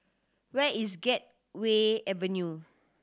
where is Gateway Avenue